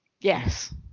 yes